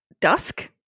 dusk